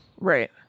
Right